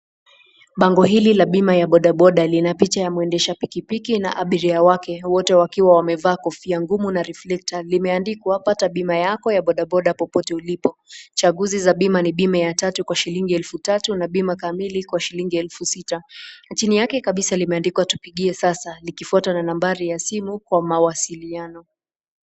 Bango hili la bima ya bodaboda lina picha ya mwendesha pikipiki na abiria wake wote wakiwa wamevaa kofia ngumu na reflecta zimeandikwa pata bima yako ya bodaboda popote ulipo ,chaguzi za bima ni bima ya tatu kwa shilingi elfu tatu na bima kamili kwa shilingi elfu sita , chini yake kabisa limeandikwa tupigie sasa likifuatwa na nambari ya simu kwa mawasiliano.